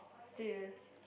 serious